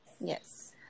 Yes